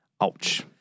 Ouch